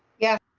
yes.